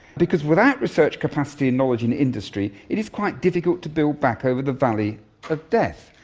because without research capacity and knowledge in industry it is quite difficult to build back over the valley of death.